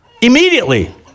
Immediately